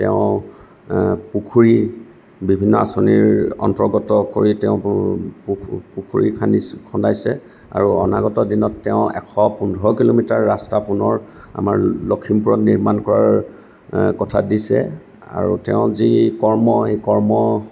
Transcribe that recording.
তেওঁ পুখুৰী বিভিন্ন আঁচনিৰ অন্তৰ্গত কৰি তেওঁ পুৰ পুখু পুখুৰী খান্দিছে খন্দাইছে আৰু অনাগত দিনত তেওঁ এশ পোন্ধৰ কিলোমিটাৰ ৰাস্তা পুণৰ আমাৰ লখিমপুৰত নিৰ্মাণ কৰাৰ কথা দিছে আৰু তেওঁৰ যি কৰ্ম এই কৰ্ম